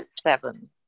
seven